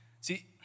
See